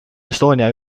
estonia